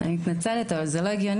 אני מתנצלת, אבל זה לא הגיוני.